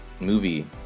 movie